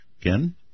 again